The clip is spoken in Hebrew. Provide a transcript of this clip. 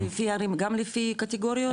לפי ערים, גם לפי קטיגוריות?